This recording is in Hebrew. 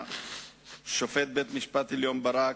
השופט ברק,